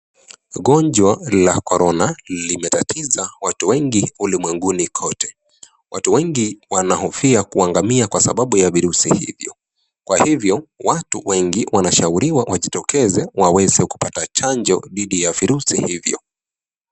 Gonjwa la Corona limetatiza watu wengi ulimwenguni kote. Watu wengi wanaofia kuangamia kwa sababu ya virusi hivyo. Kwa hivyo watu wengi wanashauriwa wajitokeze waweze kupata chanjo dhidi ya virusi hivyo.